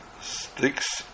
sticks